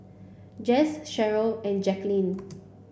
Jess Sheryll and Jacquelynn